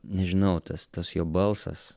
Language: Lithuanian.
nežinau tas tas jo balsas